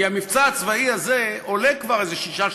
כי המבצע הצבאי הזה כבר עולה איזה 6,